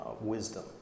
wisdom